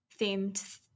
themed